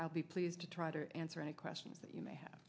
i'll be pleased to try to answer any questions that you may have